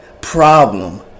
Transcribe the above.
problem